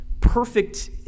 perfect